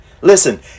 Listen